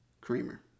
Creamer